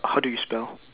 how do you spell